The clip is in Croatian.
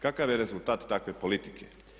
Kakav je rezultat takve politike?